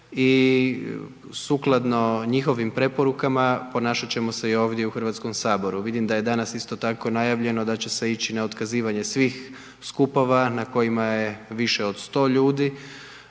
i sukladno njihovim preporukama ponašat ćemo se i ovdje u HS-u. Vidim da je danas isto tako, najavljeno da će se ići na otkazivanje svih skupova na kojima je više od 100 ljudi,